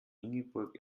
ingeborg